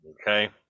Okay